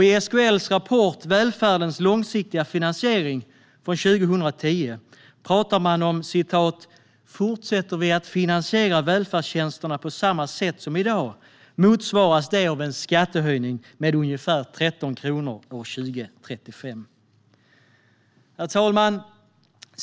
I SKL:s rapport Välfärdens långsiktiga finansiering från 2010 sägs: "Fortsätter vi att finansiera välfärdstjänsterna på samma sätt som idag motsvaras det av en skattehöjning med ungefär 13 kronor år 2035." Herr talman!